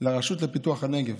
לרשות לפיתוח הנגב,